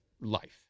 life